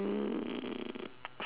mm